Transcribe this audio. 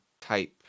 type